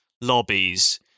lobbies